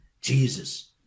Jesus